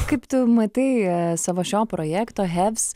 kaip tu matai savo šio projekto heavs